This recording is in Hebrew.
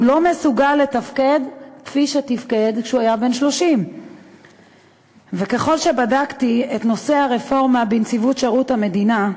הוא לא מסוגל לתפקד כפי שתפקד כשהוא היה בן 30. ככל שבדקתי את נושא הרפורמה בנציבות שירות המדינה,